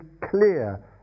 clear